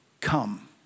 come